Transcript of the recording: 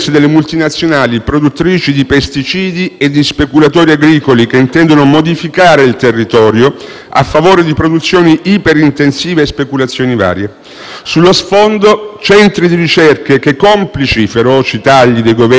Sullo sfondo ci sono centri di ricerca, che, complici i feroci tagli dei Governi negli ultimi anni, sono stati trasformati in aziende alla costante ricerca di finanziamenti privati, alle cui logiche sono piegati gli stessi dati scientifici.